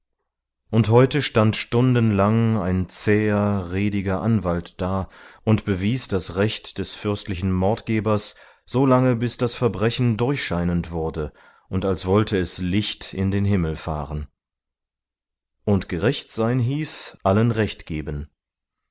und heute stand stundenlang ein zäher rediger anwalt da und bewies das recht des fürstlichen mordgebers solange bis das verbrechen durchscheinend wurde und als wollte es licht in den himmel fahren und gerecht sein hieß allen recht geben